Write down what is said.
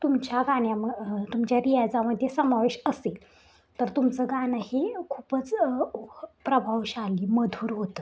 तुमच्या गाण्याम तुमच्या रियाजामध्ये समावेश असेल तर तुमचं गाणं हे खूपच प्रभावशाली मधुर होतं